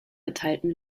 geteilten